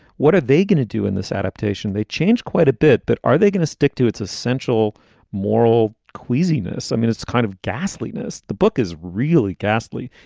what are they going to do in this adaptation? they change quite a bit, but are they going to stick to its essential moral queasiness? i mean, it's kind of ghastliness. the book is really ghastly.